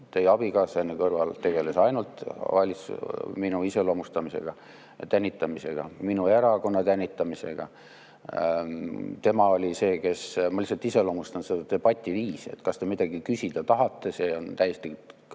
Teie abikaasa kõrval tegeles ainult minu iseloomustamisega, tänitamisega, minu erakonna tänitamisega. Tema oli see, kes … Ma lihtsalt iseloomustan seda debativiisi. Kas te midagi küsida tahate, see on täiesti